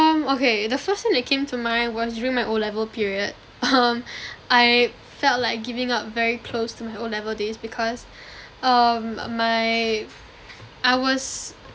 um okay the first thing that came to mind was during my O level period um I felt like giving up very close to my O level days because um uh my I was